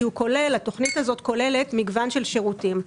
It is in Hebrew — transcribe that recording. כי התכנית הזאת כוללת מגוון של שירותים,